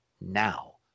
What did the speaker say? now